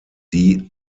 die